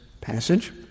passage